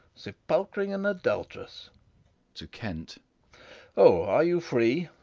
sepulchring an adultress to kent o are you free?